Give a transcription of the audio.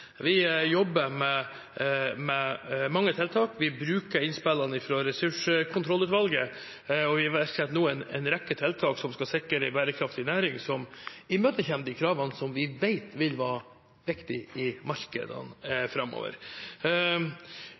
Vi jobber med mange tiltak. Vi bruker innspillene fra ressurserkontrollutvalget, og vi iverksetter nå en rekke tiltak som skal sikre en bærekraftig næring som imøtekommer de kravene som vi vet vil være viktig i markedene framover.